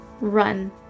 run